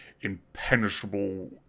impenetrable